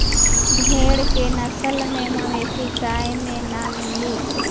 भेड़ के नस्ल के मवेशी गाँव में ना मिली